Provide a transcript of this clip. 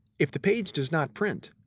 if the page does not print,